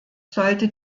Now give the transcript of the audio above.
sollte